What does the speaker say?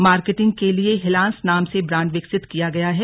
marketing के लिए हिलांस नाम से ब्रांड विकसित किया गया है